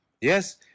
Yes